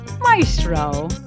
maestro